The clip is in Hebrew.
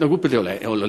אלא התנהגות בלתי הולמת.